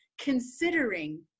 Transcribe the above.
considering